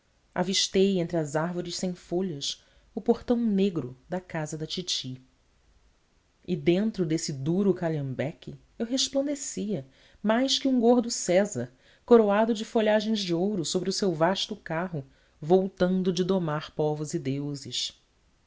avistei entre as árvores sem folhas o portão negro da casa da titi e dentro desse duro calhambeque eu resplandecia mais que um gordo césar coroado de folhagens de ouro sobre o seu vasto carro voltando de domar povos e deuses